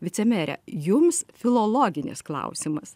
vicemere jums filologinis klausimas